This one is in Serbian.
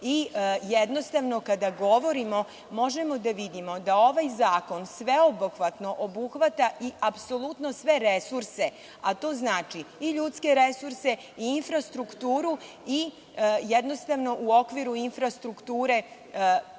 i jednostavno kada govorimo možemo da vidimo da ovaj zakon sveobuhvatno obuhvata i apsolutno sve resurse, a to znači i ljudske resurse i infrastrukturu i jednostavno u okviru infrastrukture